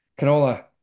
Canola